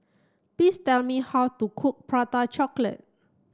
please tell me how to cook prata chocolate